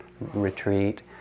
retreat